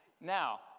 Now